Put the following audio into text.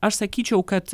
aš sakyčiau kad